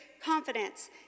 confidence